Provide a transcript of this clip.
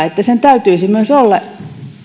että sen täytyisi olla myös